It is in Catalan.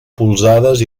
polzades